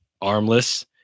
armless